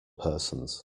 persons